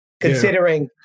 Considering